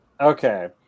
Okay